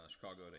Chicago